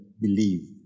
believe